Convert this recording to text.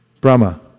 Brahma